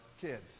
kids